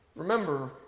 Remember